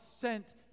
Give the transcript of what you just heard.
sent